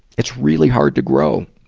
it's really hard to grow.